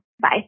Bye